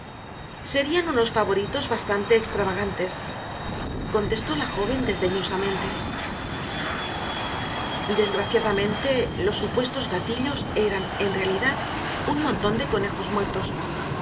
serían unos favoritos bastante extravagantes contestó la joven desdeñosamente desgraciadamente los supuestos gatillos eran en realidad un montón de conejos muertos